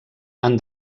han